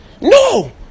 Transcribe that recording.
No